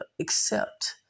accept